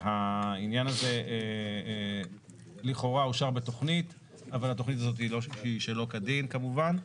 העניין הזה לכאורה אושר בתכנית אבל התכנית הזאת היא שלא כדין כמובן,